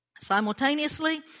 Simultaneously